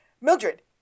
Mildred